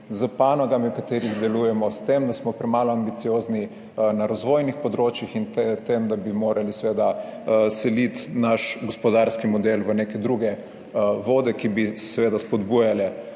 s panogami, v katerih delujemo, s tem, da smo premalo ambiciozni na razvojnih področjih in tem, da bi morali seveda seliti naš gospodarski model v neke druge vode, ki bi seveda spodbujale